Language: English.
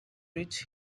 rich